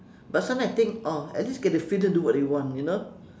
but sometimes I think orh at least get the freedom to do what they want you know